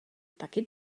taky